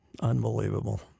Unbelievable